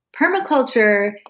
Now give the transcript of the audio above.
Permaculture